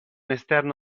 esterno